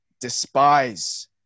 despise